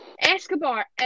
Escobar